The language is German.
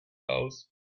aus